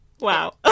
Wow